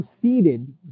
proceeded